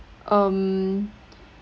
um